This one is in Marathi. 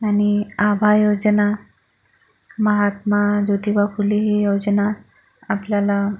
आणि आभा योजना महात्मा ज्योतिबा फुले योजना आपल्याला